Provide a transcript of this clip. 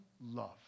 love